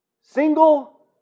Single